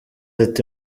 ati